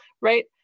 right